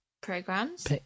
programs